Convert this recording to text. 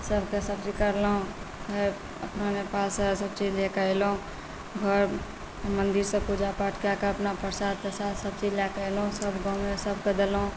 सभकेँ सभ चीज करलहुँ फेर अपना नेपालसँ सभ चीज लए कऽ अयलहुँ घर मन्दिरसँ पूजापाठ कए कऽ अपना प्रसाद त्रसाद सभचीज लए कऽ अयलहुँ सभ गाँवमे सभकेँ देलहुँ